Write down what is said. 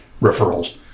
referrals